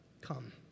come